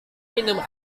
minum